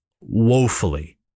woefully